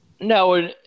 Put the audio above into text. No